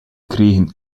kregen